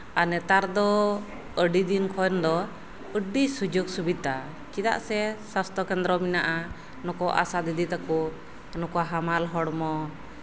ᱟᱨ ᱱᱮᱛᱟᱨ ᱫᱚ ᱟᱹᱰᱤ ᱫᱤᱱ ᱠᱷᱚᱱᱫᱚ ᱟᱹᱰᱤ ᱥᱩᱡᱳᱜᱽ ᱥᱩᱵᱤᱫᱷᱟ ᱪᱮᱫᱟᱜ ᱥᱮ ᱥᱟᱥᱛᱷᱚ ᱠᱮᱱᱫᱨᱚ ᱢᱮᱱᱟᱜᱼᱟ ᱟᱥᱟ ᱫᱤᱫᱤ ᱛᱟᱠᱚ ᱱᱩᱠᱩ ᱦᱟᱢᱟᱞ ᱦᱚᱲᱢᱚ